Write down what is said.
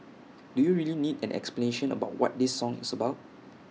do you really need an explanation about what this song is about